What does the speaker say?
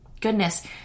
Goodness